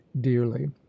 dearly